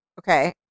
okay